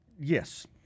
yes